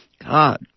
God